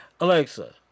Alexa